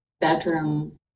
bedroom